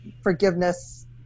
forgiveness